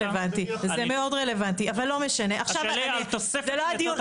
זה מאוד רלוונטי אבל לא משנה, זה לא הדיון.